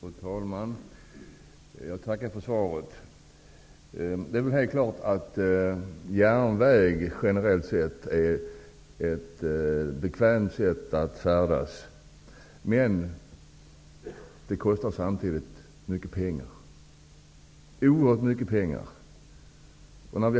Fru talman! Jag tackar för svaret. Det är väl helt klart att järnväg generellt sett är ett bekvämt sätt att färdas. Men det kostar samtidigt oerhört mycket pengar.